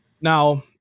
Now